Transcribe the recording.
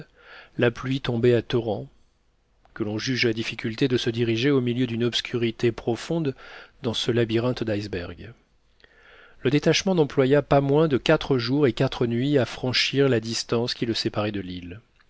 la pluie tombait à torrents que l'on juge de la difficulté de se diriger au milieu d'une obscurité profonde dans ce labyrinthe d'icebergs le détachement n'employa pas moins de quatre jours et quatre nuits à franchir la distance qui le séparait de l'île